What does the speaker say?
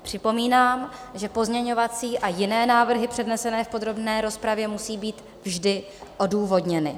Připomínám, že pozměňovací a jiné návrhy, přednesené v podrobné rozpravě, musí být vždy odůvodněny.